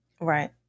Right